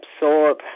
absorb